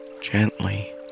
gently